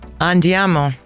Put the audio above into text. Andiamo